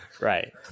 Right